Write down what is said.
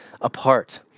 apart